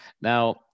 Now